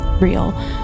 real